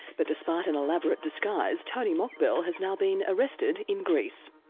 but despite an elaborate disguise, tony mockbel has now been arrested in greece.